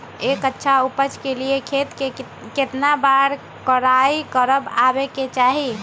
एक अच्छा उपज के लिए खेत के केतना बार कओराई करबआबे के चाहि?